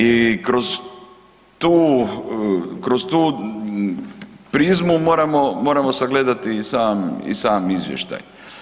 I kroz tu prizmu moramo sagledati i sam izvještaj.